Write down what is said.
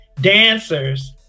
dancers